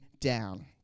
down